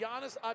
Giannis